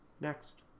next